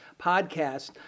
podcast